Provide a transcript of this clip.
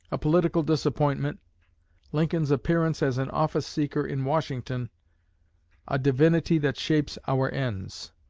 a political disappointment lincoln's appearance as an office seeker in washington a divinity that shapes our ends.